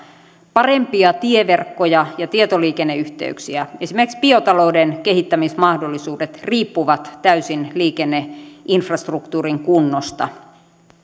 parempia tieverkkoja ja tietoliikenneyhteyksiä esimerkiksi biotalouden kehittämismahdollisuudet riippuvat täysin liikenneinfrastruktuurin kunnosta